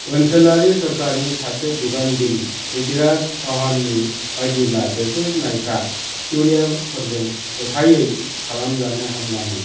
ओनसोलारि सोरखारनि सासे बिबानगिरि प्रिथ्वीराज चौहाननि बायदिब्ला बेरफ्रुनायफ्रा थिउरियाफोरजों जथाइयै खालाजानाय हामलामोन